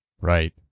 Right